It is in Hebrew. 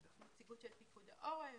נציגות של פיקוד העורף,